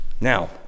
Now